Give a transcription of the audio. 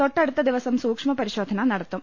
തൊട്ടടുത്ത ദിവസം സൂക്ഷ്മപരിശോധന നടത്തും